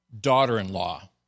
daughter-in-law